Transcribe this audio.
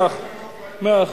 מאה אחוז.